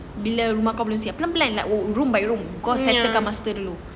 bila rumah kau belum siap pelan-pelan room by room kau settlekan master dulu